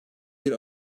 bir